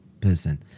person